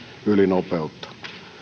ylinopeutta